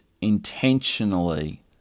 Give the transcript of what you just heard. intentionally